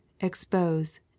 expose